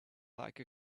like